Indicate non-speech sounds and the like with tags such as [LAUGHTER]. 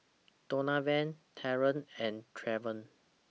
[NOISE] Donavan Derald and Travon